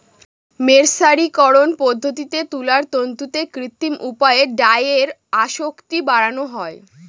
মের্সারিকরন পদ্ধতিতে তুলার তন্তুতে কৃত্রিম উপায়ে ডাইয়ের আসক্তি বাড়ানো হয়